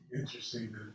interesting